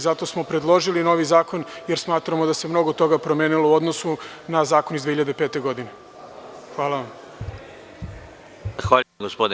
Zato smo predložili novi zakon, jer smatramo da se mnogo toga promenilo u odnosu na Zakon iz 2005. godine.